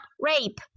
rape